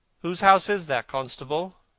whose house is that, constable?